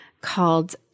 called